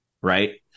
Right